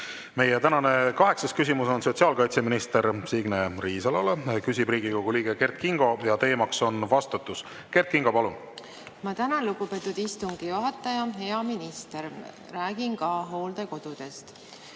Tänane kaheksas küsimus on sotsiaalkaitseminister Signe Riisalole. Küsib Riigikogu liige Kert Kingo ja teema on vastutus. Kert Kingo, palun! Ma tänan, lugupeetud istungi juhataja! Hea minister! Räägin ka hooldekodudest.